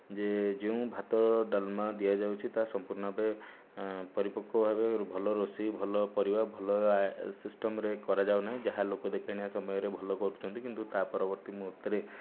ଯେ ଯେଉଁ ଭାତ ଡାଲମା ଦିଆଯାଉଛି ତାହା ସମ୍ପୂର୍ଣ୍ଣ ଭାବେ ପରିପକ୍ଵ ଭାବେ ଭଲ ରୋଷେଇ ଭଲ ପରିବା ଭଲ ସିଷ୍ଟମ୍ରେ କରାଯାଉନାହିଁ ଯାହା ଲୋକ ଦେଖାଣିଆ ସମୟରେ ଭଲ କରୁଛନ୍ତି କିନ୍ତୁ ତା' ପରବର୍ତ୍ତୀ ମୁହୂର୍ତ୍ତରେ